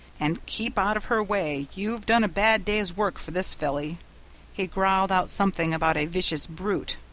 and keep out of her way you've done a bad day's work for this filly he growled out something about a vicious brute.